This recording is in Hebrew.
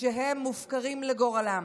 שהם מופקרים לגורלם,